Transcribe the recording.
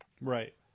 Right